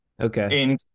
okay